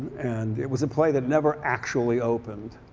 and it was a play that never actually opened.